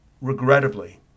Regrettably